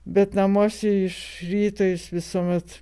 bet namuose iš ryto jis visuomet